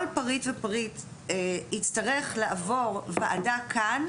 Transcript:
כל פריט ופריט יצטרך לעבור ועדה כאן,